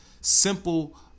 simple